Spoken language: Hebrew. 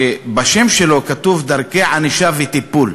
שבשם שלו כתוב "ענישה ודרכי טיפול".